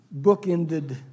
bookended